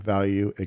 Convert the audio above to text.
Value